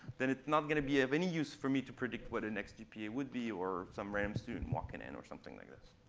then it's not going to be of any use for me to predict what the gpa would be, or some random student walking in, or something like this.